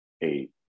eight